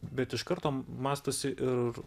bet iš karto matosi ir